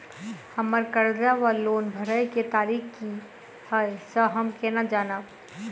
हम्मर कर्जा वा लोन भरय केँ तारीख की हय सँ हम केना जानब?